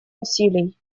усилий